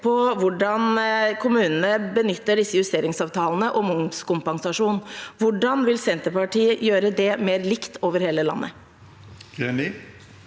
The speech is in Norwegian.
på hvordan kommunene benytter disse justeringsavtalene og momskompensasjon. Hvordan vil Senterpartiet gjøre det mer likt over hele landet?